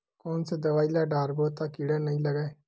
कोन से दवाई ल डारबो त कीड़ा नहीं लगय?